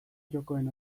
jokoen